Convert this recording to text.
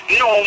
no